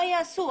מה יעשו?